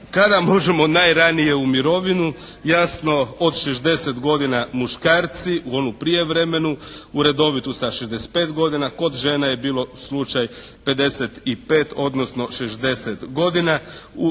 Kada možemo najranije u mirovinu? Jasno od 60 godina muškarci u onu prijevremenu. U redovitu sa 65 godina. Kod žena je bilo slučaj 55 odnosno 60 godina.